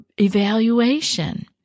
evaluation